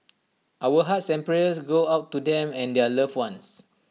our hearts and prayers go out to them and their loved ones